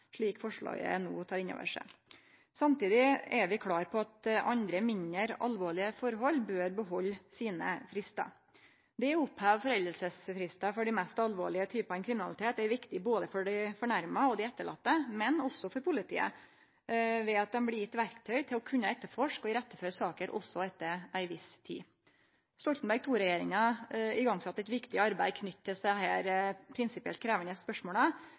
slik forslaget no tek inn over seg. Samtidig er vi klare på at andre, mindre alvorlege forhold bør behalde sine fristar. Det å oppheve foreldingsfristen for dei mest alvorlege typane kriminalitet er viktig både for dei fornærma og for dei etterlatne, men også for politiet, ved at dei blir gjevne verktøy til å kunne etterforske og iretteføre saker også etter ei viss tid. Stoltenberg II-regjeringa sette i gang eit viktig arbeid med desse prinsipielt krevjande spørsmåla.